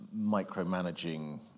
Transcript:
micromanaging